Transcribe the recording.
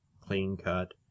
clean-cut